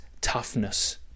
toughness